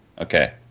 Okay